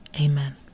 Amen